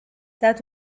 that